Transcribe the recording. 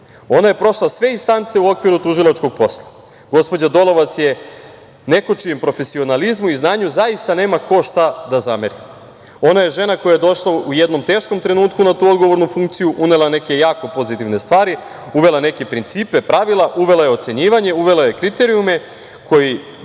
Ona je prošla sve instance u okviru tužilačkog posla. Gospođa Dolovac je neko čijem profesionalizmu i znanju zaista nema ko šta da zameri. Ona je žena koja je došla u jednom teškom trenutku na tu odgovornu funkciju, unela neke jako pozitivne stvari, uvela neke principe, pravila, uvela je ocenjivanje, uvela je kriterijume koji